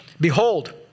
Behold